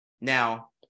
Now